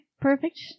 Perfect